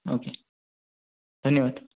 okay धन्यवाद